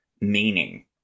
meaning